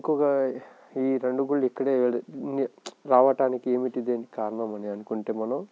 ఇంకా ఈ రెండు గుళ్ళు ఇక్కడే రావడానికి ఏమిటిది కారణం అని అనుకుంటే మనం